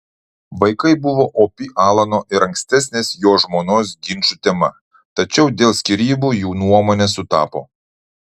vaikai buvo opi alano ir ankstesnės jo žmonos ginčų tema tačiau dėl skyrybų jų nuomonės sutapo